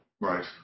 Right